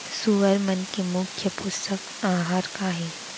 सुअर मन के मुख्य पोसक आहार का हे?